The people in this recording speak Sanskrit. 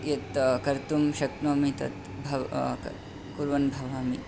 यत् कर्तुं शक्नोमि तत् भव् कुर्वन् भवामि